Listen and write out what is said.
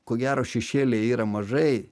ko gero šešėlyje yra mažai